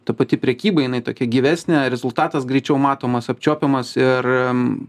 ta pati prekyba jinai tokia gyvesnė rezultatas greičiau matomas apčiuopiamas ir